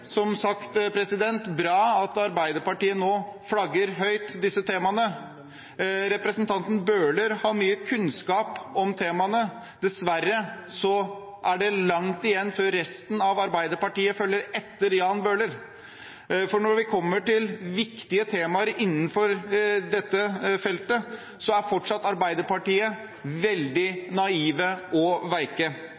bra at Arbeiderpartiet nå flagger disse temaene høyt. Representanten Bøhler har mye kunnskap om temaene. Dessverre er det langt igjen før resten av Arbeiderpartiet følger etter Jan Bøhler, for når vi kommer til viktige temaer innenfor dette feltet, er Arbeiderpartiet fortsatt veldig